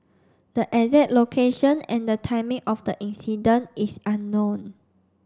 the exact location and the timing of the incident is unknown